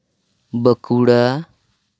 Bankura